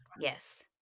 Yes